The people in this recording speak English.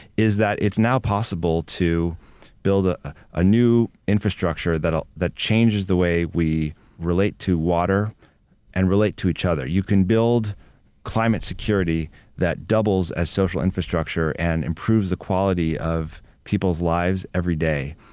is that it's now possible to build a ah new infrastructure that ah that changes the way we relate to water and relate to each other. you can build climate security that doubles as social infrastructure and improves the quality of people's lives every day.